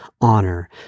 honor